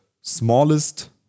smallest